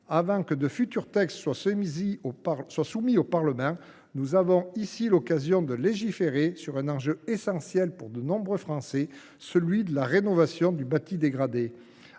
Avant que de futurs textes ne soient soumis au Parlement, nous avons aujourd’hui l’occasion de légiférer sur un enjeu essentiel pour nombre de Français, à savoir la rénovation du bâti dégradé.